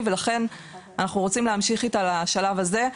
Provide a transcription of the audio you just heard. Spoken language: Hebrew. ולכן אנחנו רוצים להמשיך איתה לשלב הזה.